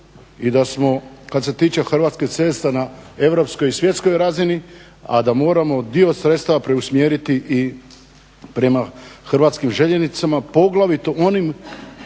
i da smo kad se tiče hrvatskih cesta na europskoj i svjetskoj razini, a da moramo dio sredstava preusmjeriti i prema Hrvatskim željeznicama poglavito onim